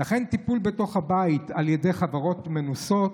טיפול בתוך הבית על ידי חברות מנוסות